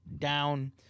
down